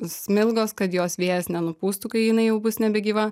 smilgos kad jos vėjas nenupūstų kai jinai jau bus nebegyva